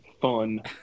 fun